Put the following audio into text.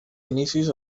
inicis